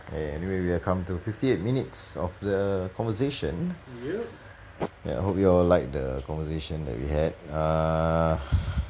okay anyway we have come to fifty eight minutes of the conversation ya I hope you all like the conversation that we had err